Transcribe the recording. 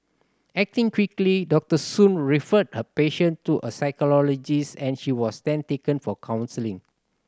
acting quickly Doctor Soon referred her patient to a psychologist and she was then taken for counselling